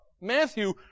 Matthew